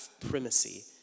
primacy